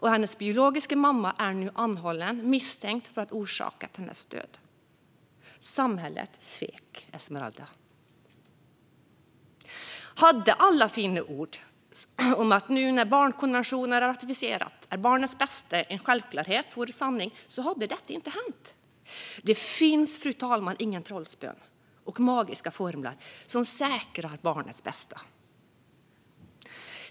Hennes biologiska mamma är nu anhållen och misstänkt för att ha orsakat hennes död. Samhället svek Esmeralda. Hade alla fina ord om att barnets bästa är en självklarhet nu när barnkonventionen ratificerats varit sanning hade detta inte hänt. Det finns inga trollspön och magiska formler som säkrar barnets bästa, fru talman.